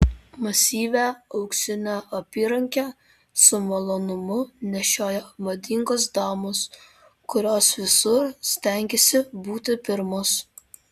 masyvią auksinę apyrankę su malonumu nešioja madingos damos kurios visur stengiasi būti pirmos